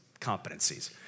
competencies